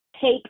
Take